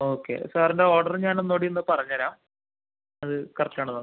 okay സാറിൻ്റെ order ഞാൻ ഒന്നു കൂടി ഒന്ന് പറഞ്ഞ് തരാം അത് കറക്റ്റാണോ നോക്കുക